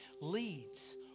leads